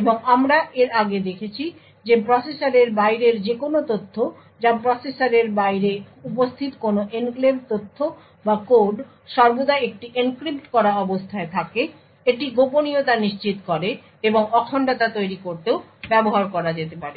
এবং আমরা এর আগে দেখেছি যে প্রসেসরের বাইরের যেকোন তথ্য যা প্রসেসরের বাইরে উপস্থিত কোনো এনক্লেভ তথ্য বা কোড সর্বদা একটি এনক্রিপ্ট করা অবস্থায় থাকে এটি গোপনীয়তা নিশ্চিত করে এবং অখণ্ডতা তৈরি করতেও ব্যবহার করা যেতে পারে